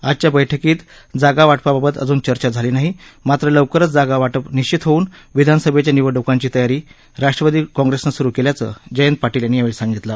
आजच्या बैठकीत जागा वाटपाबाबत अजून चर्चा झाली नाही मात्र लवकरच जागा वाटप निश्चित होऊन विधानसभेच्या निवडण्कांची तयारी राष्ट्रवादी काँग्रेसनं स्रु केल्याचं जयंत पाटील यावेळी म्हणाले